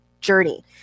journey